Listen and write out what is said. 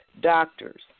doctors